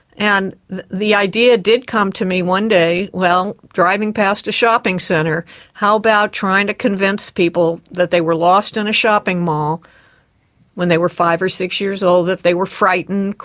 and the idea did come to me one day driving past a shopping centre how about trying to convince people that they were lost in a shopping mall when they were five or six years old, that they were frightened,